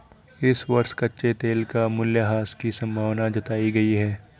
इस वर्ष कच्चे तेल का मूल्यह्रास की संभावना जताई गयी है